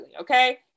Okay